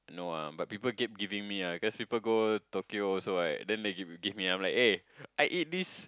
no ah but people kept giving me ah because people go Tokyo also right then they give me I'm like eh I eat this